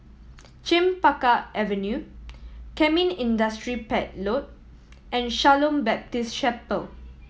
Chempaka Avenue Kemin Industries Pte Ltd and Shalom Baptist Chapel